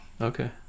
Okay